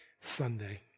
Sunday